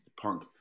punk